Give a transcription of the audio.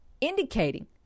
indicating